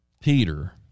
Peter